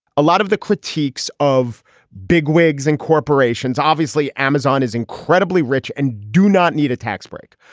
a lot of the critiques of big wigs and corporations. obviously, amazon is incredibly rich and do not need a tax break.